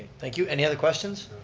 thank you, any other questions?